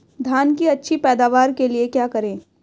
धान की अच्छी पैदावार के लिए क्या करें?